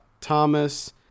Thomas